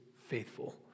faithful